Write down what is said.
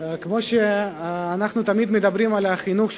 כמו שאנחנו תמיד מדברים על חינוך הילדים,